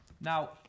Now